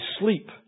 sleep